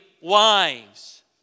wives